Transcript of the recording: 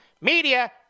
Media